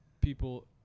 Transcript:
people